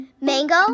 Mango